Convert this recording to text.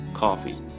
coffee